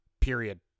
Period